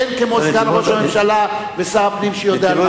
אין כמו סגן ראש הממשלה ושר הפנים שיודע על מה,